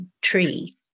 tree